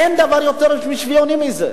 אין דבר יותר שוויוני מזה.